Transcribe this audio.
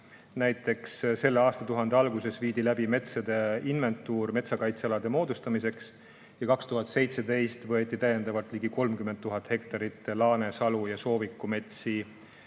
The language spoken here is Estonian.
Näiteks selle aastatuhande alguses viidi läbi metsade inventuur metsakaitsealade moodustamiseks ja 2017 võeti täiendavalt ligi 30 000 hektarit laane‑, salu‑ ja soovikumetsi